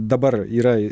dabar yra